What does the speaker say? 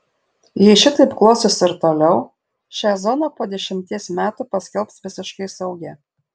jei šitaip klosis ir toliau šią zoną po dešimties metų paskelbs visiškai saugia